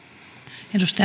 arvoisa